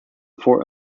fort